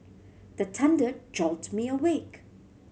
the thunder jolt me awake